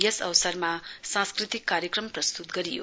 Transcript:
यस अवसरमा सांस्कृतिक कार्यक्रम आयोजित गरियो